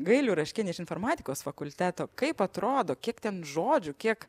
gailių raškinį iš informatikos fakulteto kaip atrodo kiek ten žodžių kiek